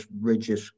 rigid